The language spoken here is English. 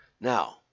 Now